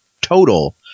total